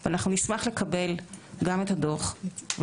אבל אם יהיה כסף ייעודי שקיים ונוכל להגיע ולגעת